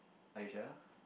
Aisha